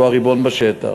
שהוא הריבון בשטח,